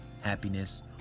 happiness